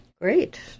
Great